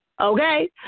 Okay